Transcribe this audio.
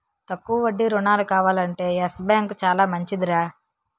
తక్కువ వడ్డీ రుణాలు కావాలంటే యెస్ బాంకు చాలా మంచిదిరా